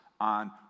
on